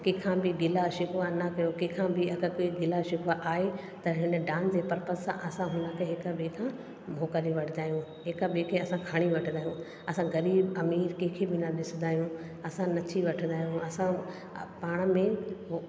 कंहिं खां बि गिला शिकवा न कयो कंहिं खां बि अगरि को गिला शिकवा आहे त हिन डांस जे पर्पज़ सां असां हुनखे हिकु ॿिएं खां उहो करे वठंदा आहियूं हिकु ॿिएं खे असां खणी वठंदा आहियूं असां ग़रीबु अमीर कंहिं खे बि न ॾिसंदा आहियूं असां नची वठंदा आहियूं असां पाण में उहो